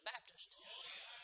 Baptists